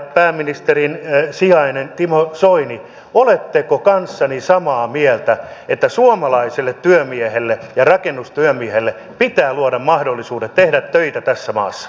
pääministerin sijainen timo soini oletteko kanssani samaa mieltä että suomalaiselle työmiehelle ja rakennustyömiehelle pitää luoda mahdollisuudet tehtä töitä tässä maassa